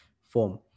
form